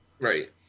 Right